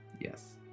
yes